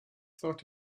thought